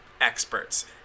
experts